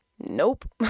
nope